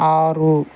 ఆరు